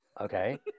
Okay